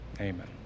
Amen